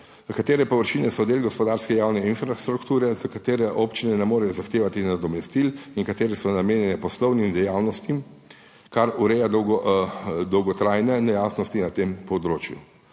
katere površine so del gospodarske javne infrastrukture, za katere občine ne morejo zahtevati nadomestil in katere so namenjene poslovnim dejavnostim, kar ureja dolgotrajne nejasnosti na tem področju.